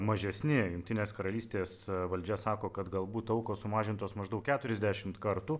mažesni jungtinės karalystės valdžia sako kad galbūt aukos sumažintos maždaug keturiasdešimt kartų